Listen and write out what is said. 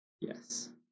Yes